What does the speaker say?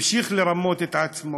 ממשיך לרמות את עצמו,